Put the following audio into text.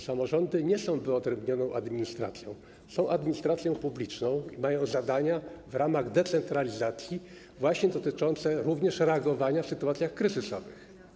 Samorządy nie są wyodrębnioną administracją, są administracją publiczną, mają zadania w ramach decentralizacji dotyczące również reagowania w sytuacjach kryzysowych.